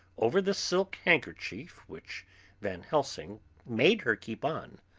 over the silk handkerchief which van helsing made her keep on,